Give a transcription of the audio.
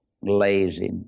lazy